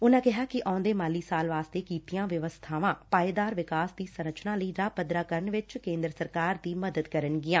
ਉਨਾਂ ਕਿਹਾ ਕਿ ਆਉਦੇ ਮਾਲੀ ਸਾਲ ਲਈ ਕੀਤੀਆਂ ਵਿਵਸਬਾਵਾਂ ਪਾਏਦਾਰ ਵਿਕਾਸ ਦੀ ਸੰਰਚਨਾ ਲਈ ਰਾਹ ਪੱਧਰਾ ਕਰਨ ਵਿਚ ਕੇਂਦਰ ਸਰਕਾਰ ਦੀ ਮਦਦ ਕਰਨਗੀਆਂ